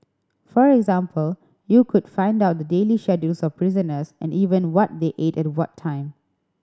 for example you could find out the daily schedules of prisoners and even what they ate at what time